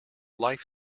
life